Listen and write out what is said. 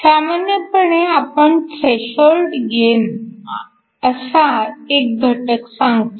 सामान्यपणे आपण threshold gain असा एक घटक सांगतो